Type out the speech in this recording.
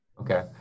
Okay